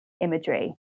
imagery